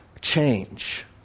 change